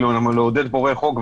לעודד פורעי חוק.